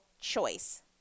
choice